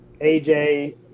AJ